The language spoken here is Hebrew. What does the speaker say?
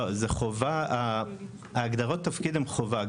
לא, הגדרות התפקיד הן חובה.